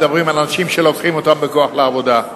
מדברים על אנשים שלוקחים אותם בכוח לעבודה.